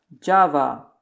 Java